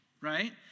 right